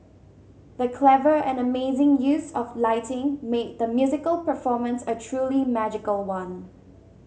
the clever and amazing use of lighting made the musical performance a truly magical one